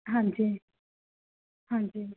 ਹਾਂਜੀ ਹਾਂਜੀ